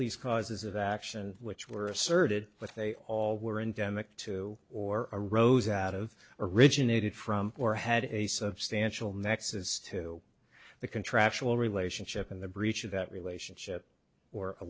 these causes of action which were asserted but they all were endemic to or arose out of originated from or had a substantial nexus to the contractual relationship and the breach of that relationship or